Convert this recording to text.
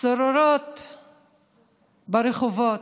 שוררות ברחובות,